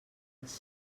als